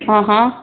हा हा